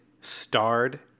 starred